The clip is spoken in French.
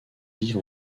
vivent